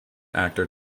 actor